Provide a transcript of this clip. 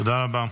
תודה רבה.